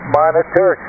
monitor